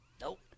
Nope